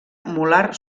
molar